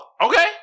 Okay